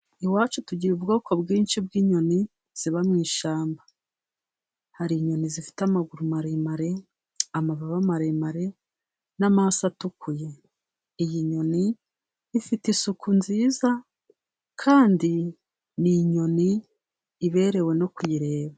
Iwacu tugira ubwoko bwinshi bw'inyoni ziba mu ishyamba: Hari inyoni zifite amaguru maremare, amababa maremare n'amaso atukuye. Iyi nyoni ifite isuku nziza kandi ni inyoni iberewe no kuyireba.